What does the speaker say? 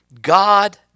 God